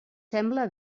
sembla